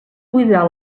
buidar